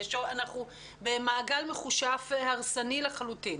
אנחנו במעגל מכושף הרסני לחלוטין.